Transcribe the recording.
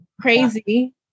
crazy